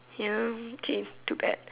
ya change to add